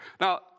Now